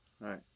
right